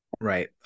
Right